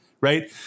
right